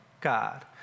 God